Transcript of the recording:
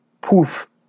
Poof